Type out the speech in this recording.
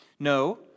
No